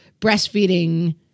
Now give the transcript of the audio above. breastfeeding